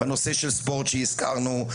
בנושא של ספורט שהזכרנו,